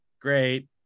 great